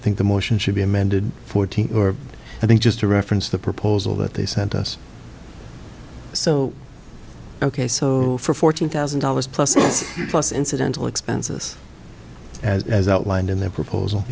think the motion should be amended fourteen or i think just to reference the proposal that they sent us so ok so for fourteen thousand dollars plus plus incidental expenses as outlined in their proposal